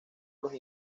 los